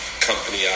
company